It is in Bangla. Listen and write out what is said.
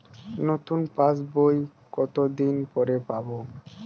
নতুন পাশ বই কত দিন পরে পাবো?